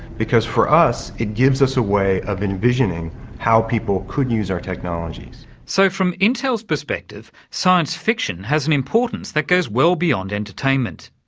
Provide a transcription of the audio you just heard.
because for us, it gives us a way of envisioning how people could use our technologies. so from intel's perspective, science fiction has an importance that goes well beyond entertainment.